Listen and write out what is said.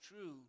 true